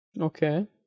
Okay